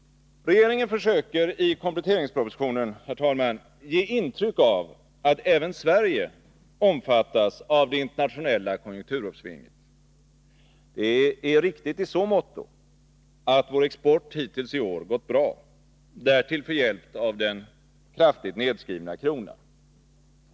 Regeringen försöker i kompletteringspropositionen, herr talman, ge intryck av att även Sverige omfattas av det internationella konjunkturuppsvinget. Det är riktigt i så måtto att vår export hittills i år gått bra, därtill förhjälpt av den kraftigt nedskrivna kronan.